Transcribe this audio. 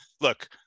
look